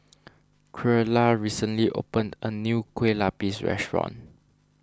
Creola recently opened a new Kueh Lupis restaurant